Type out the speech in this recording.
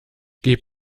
gib